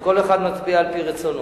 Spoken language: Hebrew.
וכל אחד מצביע כפי רצונו.